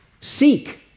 Seek